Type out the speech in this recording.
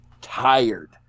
tired